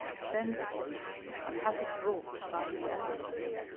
sends for it and has it brought by his elephants,